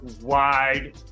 wide